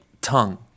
tongue